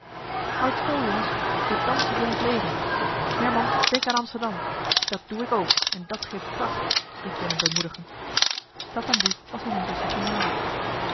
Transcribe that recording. houdt vol jongens we dansen voor ons leven herman denk aan amsterdam dat doe ik ook en dat geeft kracht riep willem bemoedigend tatamboe was hen intusschen genaderd